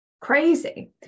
crazy